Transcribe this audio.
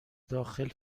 داخل